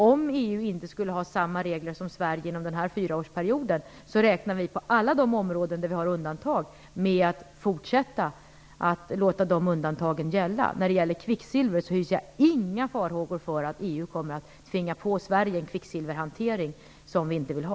Om EU inte skulle ha samma regler som Sverige inom denna fyraårsperiod räknar vi med att vi på alla de områden där vi har undantag skall fortsätta att låta de undantagen gälla. När det gäller kvicksilver hyser jag inga farhågor för att EU kommer att tvinga på Sverige en kvicksilverhantering som vi inte vill ha.